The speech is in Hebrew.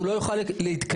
הוא לא יוכל להתקיים.